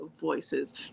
voices